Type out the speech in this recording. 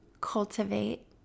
cultivate